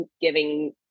giving